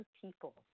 people